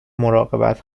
مراقبت